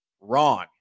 Wrong